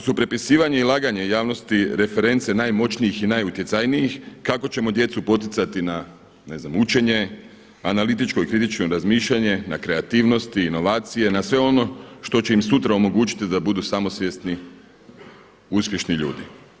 Ako su prepisivanje i laganje javnosti reference najmoćnijih i najutjecajnijih kako ćemo djecu poticati na učenje, analitičko i kritično razmišljanje, na kreativnosti, inovacije, na sve ono što će im sutra omogućiti da budu samosvjesni uspješni ljudi.